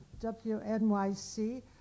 WNYC